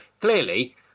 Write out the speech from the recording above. clearly